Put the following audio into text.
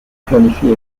planifie